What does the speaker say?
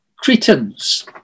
Cretans